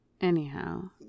Anyhow